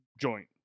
joint